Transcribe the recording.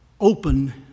Open